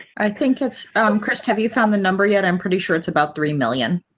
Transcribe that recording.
i think it's um chris have you found the number yet? i'm pretty sure. it's about three million.